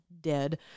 dead